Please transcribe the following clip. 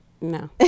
No